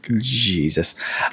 Jesus